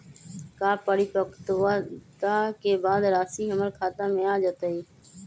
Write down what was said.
का परिपक्वता के बाद राशि हमर खाता में आ जतई?